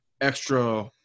extra